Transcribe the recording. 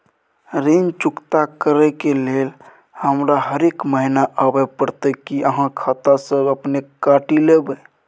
ऋण चुकता करै के लेल हमरा हरेक महीने आबै परतै कि आहाँ खाता स अपने काटि लेबै?